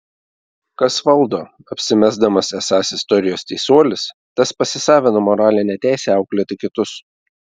kas valdo apsimesdamas esąs istorijos teisuolis tas pasisavina moralinę teisę auklėti kitus